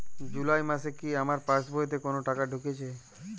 জুলাই মাসে কি আমার পাসবইতে কোনো টাকা ঢুকেছে?